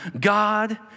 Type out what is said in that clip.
God